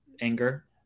anger